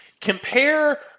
Compare